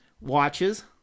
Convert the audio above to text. watches